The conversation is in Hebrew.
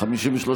הסתייגות.